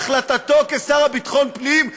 בהחלטתו כשר לביטחון הפנים,